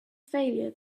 failure